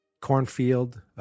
cornfield